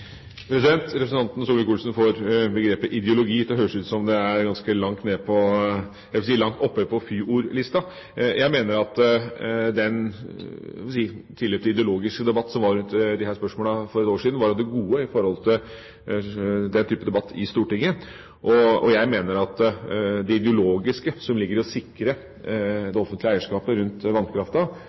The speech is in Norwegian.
ideologi? Representanten Solvik-Olsen får begrepet ideologi til høres ut som om det er ganske langt oppe på fyordlista. Jeg mener at det tilløp til ideologisk debatt som var rundt disse spørsmålene for et år siden, var av det gode av den type debatt i Stortinget. Jeg mener at det ideologiske, som ligger i å sikre det offentlige eierskapet rundt